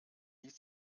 lied